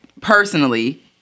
personally